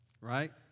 Right